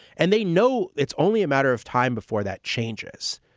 and they know it's only a matter of time before that changes.